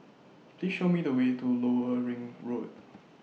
Please Show Me The Way to Lower Ring Road